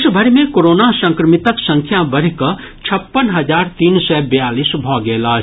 देशभरि मे कोरोना संक्रमितक संख्या बढ़ि कऽ छप्पन हजार तीन सय बयालीस भऽ गेल अछि